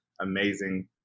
amazing